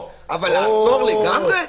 אבל לאסור לגמרי?